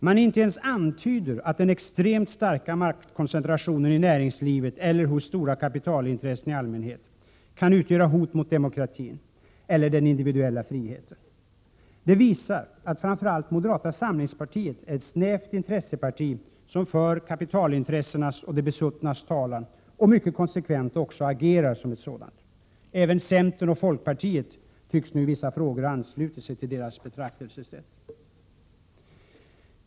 Man inte ens antyder att den extremt starka maktkoncentrationen i näringslivet eller hos stora kapitalintressen i allmänhet kan utgöra hot mot demokratin eller den individuella friheten. Det visar att framför allt moderata samlingspartiet är ett snävt intresseparti som för kapitalintressenas och de besuttnas talan och mycket konsekvent också agerar som ett sådant. Även centern och folkpartiet tycks nu i vissa frågor ha anslutit sig till detta betraktelsesätt.